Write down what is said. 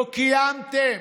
לא קיימתם.